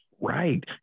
Right